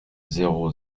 zéro